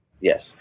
yes